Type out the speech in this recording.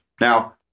Now